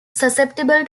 susceptible